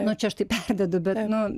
nu čia aš taip perdedu bet nu